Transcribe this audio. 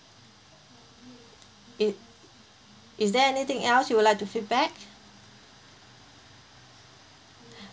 it is there anything else you would like to feedback